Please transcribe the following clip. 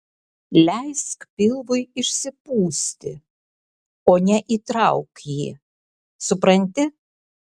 leisk pilvui išsipūsti o ne įtrauk jį supranti